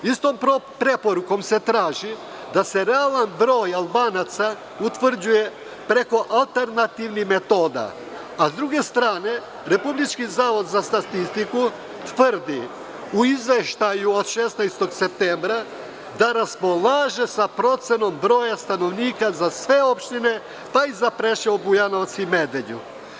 Istom preporukom se traži da se realan broj Albanaca utvrđuje preko alternativnih metoda, a s druge strane, Republički zavod za statistiku tvrdi u Izveštaju od 16. septembra da raspolaže sa procenom broja stanovnika za sve opštine, pa i za Preševo, Bujanovac i Medveđu.